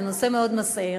זה נושא מאוד מסעיר.